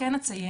כן אציין,